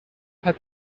paar